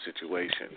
situation